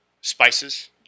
spices